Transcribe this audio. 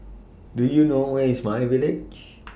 Do YOU know Where IS My Village